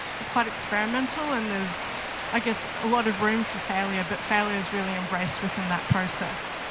it's quite experimental and there's i guess a lot of room for failure but failure is really embraced within that process.